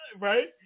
Right